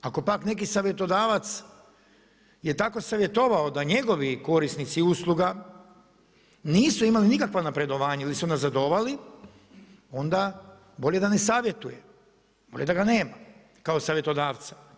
Ako pak neki savjetodavac je tako savjetovao da njegovi korisnici usluga nisu imala nikakva napredovanja ili su unazadovali, onda bolje da ne savjetuje, bolje da ga nema, kao savjetodavca.